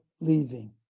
leaving